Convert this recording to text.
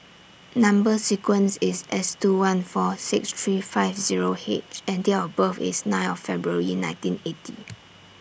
Number sequence IS S two one four six three five Zero H and Date of birth IS nine of February nineteen eighty